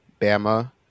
Bama